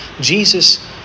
Jesus